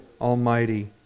Almighty